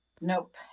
Nope